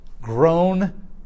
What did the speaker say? Grown